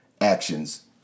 actions